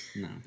No